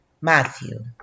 Matthew